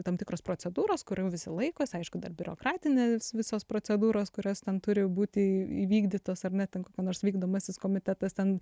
tam tikros procedūros kurių visi laikosi aišku dar biurokratinės visos procedūros kurios ten turi būti įvykdytos ar ne ten kokia nors vykdomasis komitetas ten